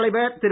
தலைவர் திரு